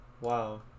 wow